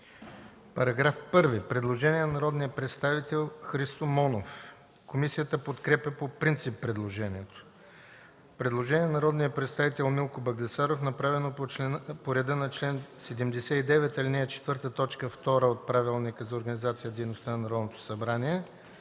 По § 1 – предложение на народния представител Христо Монов. Комисията подкрепя по принцип предложението. Предложение на народния представител Милко Багдасаров, направено по реда на чл. 79, ал. 4, т. 2 от Правилника за